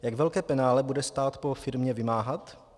Jak velké penále bude stát po firmě vymáhat?